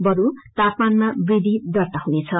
बरू तापमनमा वृद्धि दर्ता हुनेछ